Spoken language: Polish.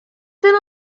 ten